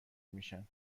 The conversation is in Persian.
میشن